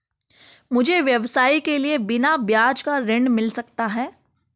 मुझे व्यवसाय के लिए बिना ब्याज का ऋण मिल सकता है?